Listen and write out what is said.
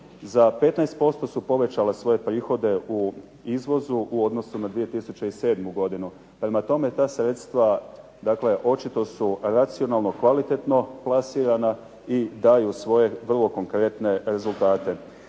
za 15% su povećala svoje prihode u izvozu u odnosu na 2007. godinu, prema tome, ta sredstva očito su racionalno, kvalitetno plasirana i daju svoje konkretne rezultate.